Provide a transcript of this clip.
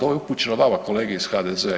Ovo je upućeno vama kolege iz HDZ-a.